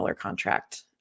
contract